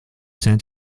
san